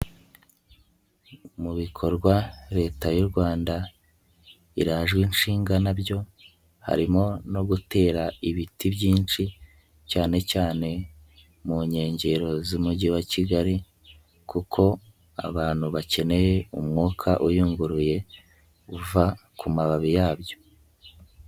Mu bikorwa leta y'u Rwanda irajwe inshinga na byo, harimo no gutera ibiti byinshi, cyane cyane mu nkengero z'umujyi wa Kigali kuko abantu bakeneye umwuka uyunguruye, uva ku mababi yabyo.